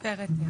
לכל היתר והיתר.